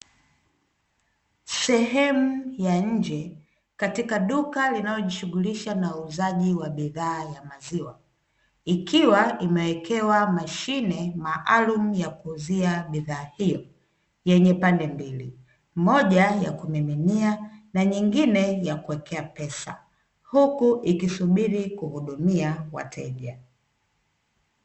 Sehemu ya nje katika duka linalojishughulisha na uuzaji wa bidhaa ya maziwa, ikiwa imewekewa mashine maalumu ya kuuzia bidhaa hiyo yenye pande mbili, moja ya kumiminia na nyingine ya kuwekea pesa huku ikisubiri kuwahudumia wateja.